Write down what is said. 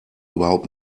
überhaupt